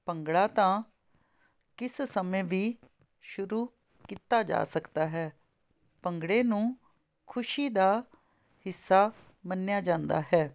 ਭੰਗੜਾ ਤਾਂ ਕਿਸ ਸਮੇਂ ਵੀ ਸ਼ੁਰੂ ਕੀਤਾ ਜਾ ਸਕਦਾ ਹੈ ਭੰਗੜੇ ਨੂੰ ਖੁਸ਼ੀ ਦਾ ਹਿੱਸਾ ਮੰਨਿਆ ਜਾਂਦਾ ਹੈ